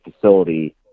facility